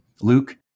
Luke